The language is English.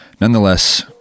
Nonetheless